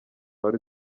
wari